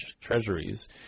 treasuries